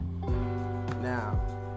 Now